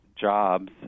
jobs